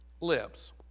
lips